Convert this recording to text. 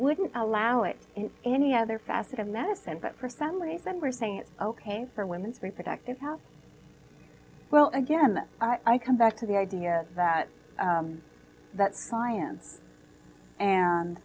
wouldn't allow it in any other facet of medicine but for some reason we're saying it's ok for women's reproductive health well again i come back to the idea that that science and